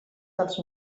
dels